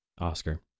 Oscar